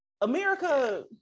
America